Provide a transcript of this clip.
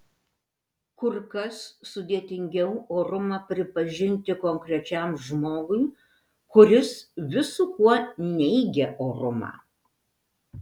kur kas sudėtingiau orumą pripažinti konkrečiam žmogui kuris visu kuo neigia orumą